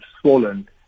swollen